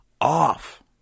off